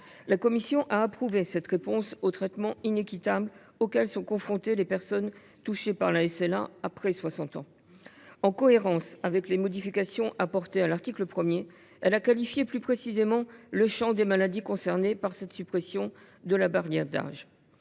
La commission a approuvé cette réponse au traitement inéquitable auquel sont confrontées les personnes touchées par la SLA après 60 ans. En cohérence avec les modifications apportées à l’article 1, elle a qualifié plus précisément le champ des maladies concernées par cette suppression de la barrière d’âge.